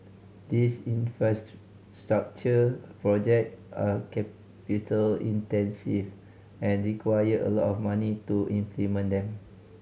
these infrastructure project are capital intensive and require a lot of money to implement them